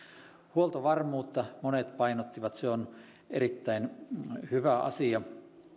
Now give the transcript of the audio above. huoltovarmuutta monet painottivat se on erittäin hyvä asia